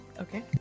Okay